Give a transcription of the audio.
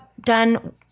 done